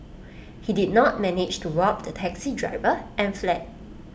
he did not manage to rob the taxi driver and fled